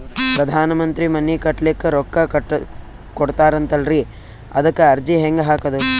ಪ್ರಧಾನ ಮಂತ್ರಿ ಮನಿ ಕಟ್ಲಿಕ ರೊಕ್ಕ ಕೊಟತಾರಂತಲ್ರಿ, ಅದಕ ಅರ್ಜಿ ಹೆಂಗ ಹಾಕದು?